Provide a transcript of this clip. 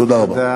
תודה רבה.